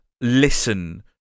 listen